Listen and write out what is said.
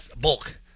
bulk